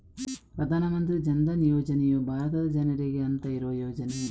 ಪ್ರಧಾನ ಮಂತ್ರಿ ಜನ್ ಧನ್ ಯೋಜನೆಯು ಭಾರತದ ಜನರಿಗೆ ಅಂತ ಇರುವ ಯೋಜನೆ